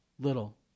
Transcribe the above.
little